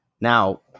now